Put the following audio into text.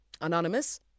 Anonymous